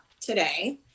today